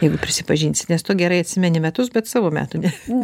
jeigu prisipažinsi nes tu gerai atsimeni metus bet savo metų ne